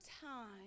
time